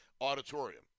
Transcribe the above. auditorium